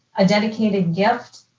a dedicated gift,